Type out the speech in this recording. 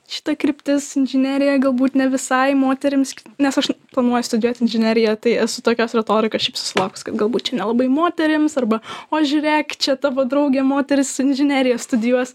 šita kryptis inžinerijoja galbūt ne visai moterims nes aš planuoju studijuot inžineriją tai esu tokios retorikos šiaip susilaukus kad galbūt čia nelabai moterims arba o žiūrėk čia tavo draugė moteris inžineriją studijuos